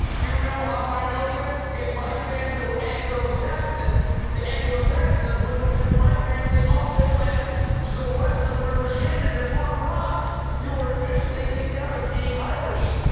you know how i know this? if my family were anglo saxons the anglo saxons wouldn't have driven my family off their land to go west of the river shannon to farm rocks. you are officially kicked out of being irish.